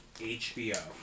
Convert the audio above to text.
HBO